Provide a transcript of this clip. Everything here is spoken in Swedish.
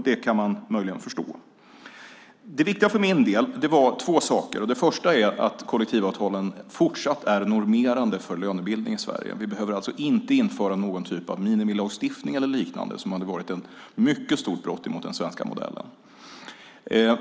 Det kan man möjligen förstå. Det viktiga för min del var två saker. Den första var att kollektivavtalen fortsatt är normerande för lönebildningen i Sverige. Vi behöver alltså inte införa någon typ av minimilagstiftning eller liknande, som hade varit ett mycket stort brott mot den svenska modellen.